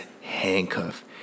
handcuff